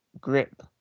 grip